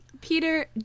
Peter